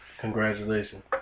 Congratulations